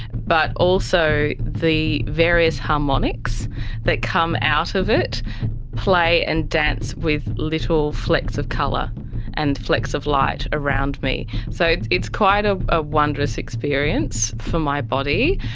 but also the various harmonics that come out of it play and dance with little flecks of colour and flecks of light around me. so it's it's quite a ah wondrous experience for my body,